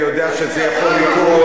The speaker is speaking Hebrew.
אני יודע שזה יכול לקרות.